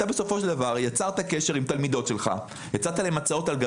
אתה יצרת קשר עם תלמידות שלך,